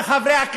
חבר'ה.